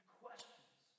questions